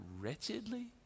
wretchedly